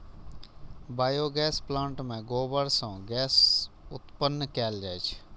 biogas plant मे गोबर सं गैस उत्पन्न कैल जाइ छै